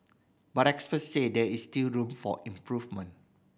but experts say there is still room for improvement